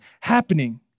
happening